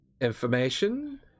Information